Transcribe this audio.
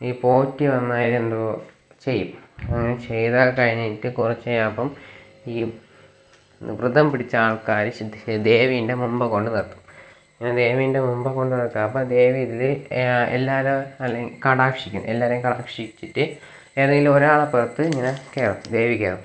ഈ പോറ്റി അന്നേരം എന്തോ ചെയ്യും അങ്ങനെ ചെയ്തൊക്കെ കഴിഞ്ഞിട്ട് കുറച്ച് കഴിഞ്ഞപ്പം ഈ വ്രതം പിടിച്ച ആൾക്കാർ ചെന്ന് ദേവീൻ്റെ മുൻപിൽ കൊണ്ടുനിർത്തും അങ്ങനെ ദേവീൻ്റെ മുൻപിൽ കൊണ്ടുനിർത്തും അപ്പം ദേവി ഇതിൽ എല്ലാവരേയും അല്ലെ കടാക്ഷിക്കും എല്ലാവരേയും കടാക്ഷിച്ചിട്ട് ഏതെങ്കിലും ഒരാളുടെ പുറത്ത് ഇങ്ങനെ കയറും ദേവി കയറും